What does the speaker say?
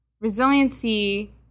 resiliency